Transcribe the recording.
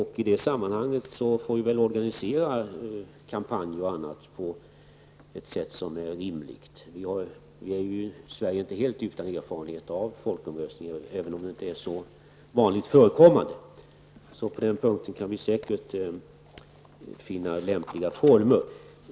I det sammanhanget får man organisera kampanjer och annat på ett sätt som är rimligt. Sverige är ju inte helt utan erfarenhet av folkomröstningar, även om de inte är så vanligt förekommande. På den punkten kan vi säkert finna lämpliga former.